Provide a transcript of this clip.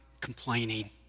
complaining